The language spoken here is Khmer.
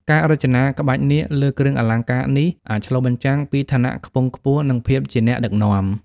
ការរចនាក្បាច់នាគលើគ្រឿងអលង្ការនេះអាចឆ្លុះបញ្ចាំងពីឋានៈខ្ពង់ខ្ពស់ និងភាពជាអ្នកដឹកនាំ។